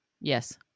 Yes